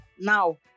now